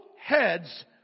heads